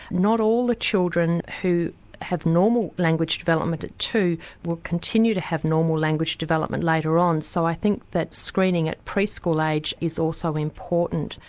not all the children who have normal language development at two will continue to have normal language development later on so i think that screening at pre-school age is also important.